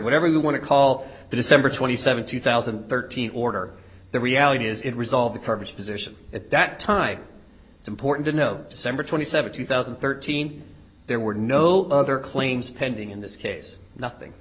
whatever you want to call the december twenty seventh two thousand and thirteen order the reality is it resolve the current position at that time it's important to know december twenty seventh two thousand and thirteen there were no other claims pending in this case nothing